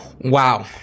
Wow